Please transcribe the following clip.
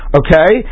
okay